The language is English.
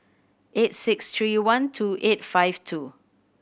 eight six three one two eight five two